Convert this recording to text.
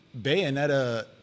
bayonetta